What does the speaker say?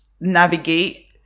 navigate